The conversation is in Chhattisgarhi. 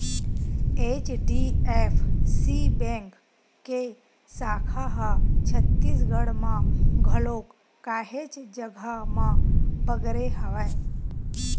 एच.डी.एफ.सी बेंक के साखा ह छत्तीसगढ़ म घलोक काहेच जघा म बगरे हवय